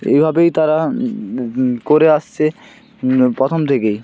এইভাবেই তারা করে আসছে প্রথম থেকেই